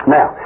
Now